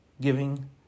giving